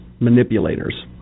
manipulators